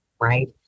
right